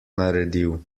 naredil